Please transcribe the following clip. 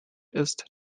ist